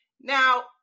Now